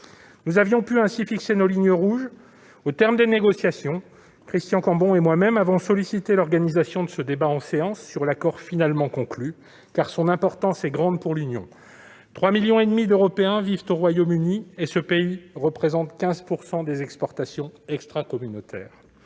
Nous avons ainsi pu fixer nos lignes rouges. Au terme des négociations, Christian Cambon et moi-même avons sollicité l'organisation de ce débat en séance publique sur l'accord finalement conclu, car l'importance de celui-ci est grande pour l'Union européenne. En effet, 3,5 millions d'Européens vivent au Royaume-Uni et ce pays représente 15 % des exportations extracommunautaires.